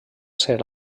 ser